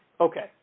Okay